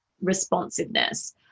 responsiveness